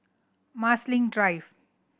Marsiling Drive